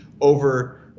over